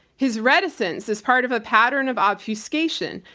his reticence is part of a pattern of obfuscation,